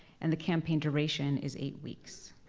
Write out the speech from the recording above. and the campaign duration is eight weeks.